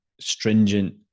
stringent